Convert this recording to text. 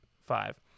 five